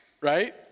right